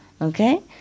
Okay